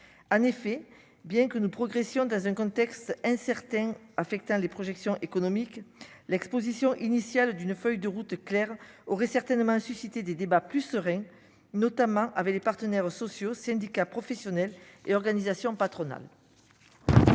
en effet, bien que nous progressions dans un contexte incertain affectant les projections économiques l'Exposition initiale d'une feuille de route claire aurait certainement suscité des débats plus serein, notamment avec les partenaires sociaux, syndicats professionnels et organisations patronales.